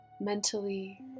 mentally